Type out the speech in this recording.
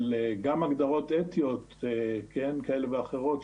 גם הגדרות אתיות כאלה ואחרות,